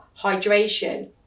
hydration